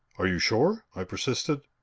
are you sure? i persisted.